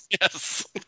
Yes